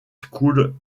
school